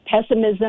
pessimism